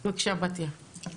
בבקשה, בתיה.